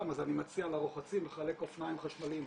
אז אני מציע לרוחצים לחלק אופניים חשמליים,